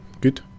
good